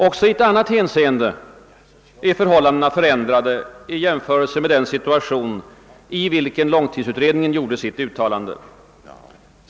Också i ett annat hänseende är förhållandena förändrade i jämförelse med den situation, i vilken långtidsutredningen gjorde sitt uttalande.